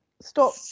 stop